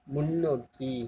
முன்னோக்கி